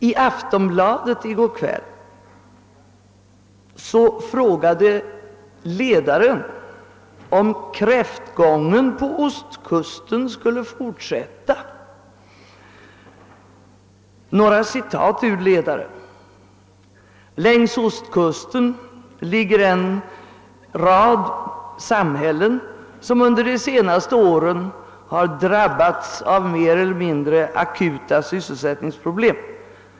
I Aftonbladet frågade ledaren i går kväll om »kräftgången på ostkusten» skulle fortsätta. Jag ber att få göra några citat: »Längs ostkusten ligger en rad samhällen som under de senaste åren drabbats av mer eller mindre akuta sysselsättningsproblem.